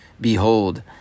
Behold